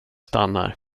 stannar